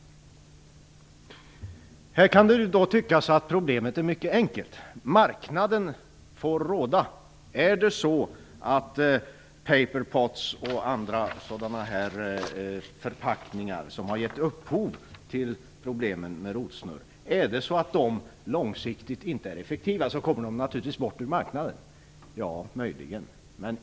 Problemet kan tyckas mycket enkelt. Marknaden får råda. Men om paper pots och andra sådana förpackningar som gett upphov till problemen med rotsnurr långsiktigt inte är effektiva, kommer de då att tas bort från marknaden? Ja, möjligen.